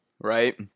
right